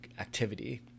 activity